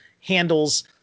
handles